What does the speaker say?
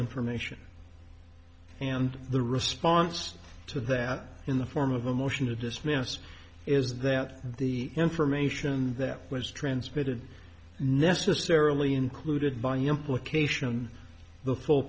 information and the response to that in the form of a motion to dismiss is that the information that was transmitted necessarily included by implication the full